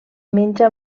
menja